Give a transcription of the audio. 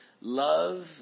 love